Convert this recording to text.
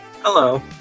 Hello